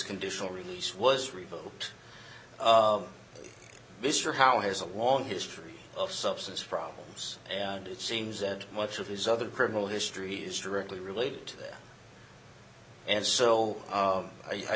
conditional release was revoked of mr howe has a long history of substance problems and it seems that much of his other criminal histories directly related to the and